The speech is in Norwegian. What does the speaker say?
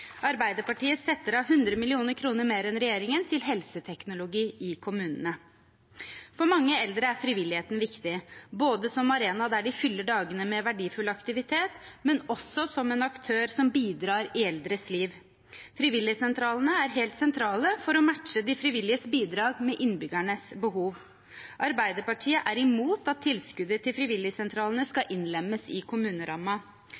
Arbeiderpartiet setter av 100 mill. kr mer enn regjeringen til helseteknologi i kommunene. For mange eldre er frivilligheten viktig, både som arena der de fyller dagene med verdifull aktivitet, og som en aktør som bidrar i eldres liv. Frivilligsentralene er helt sentrale for å matche de frivilliges bidrag med innbyggernes behov. Arbeiderpartiet er imot at tilskuddet til frivilligsentralene